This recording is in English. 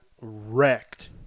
wrecked